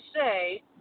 say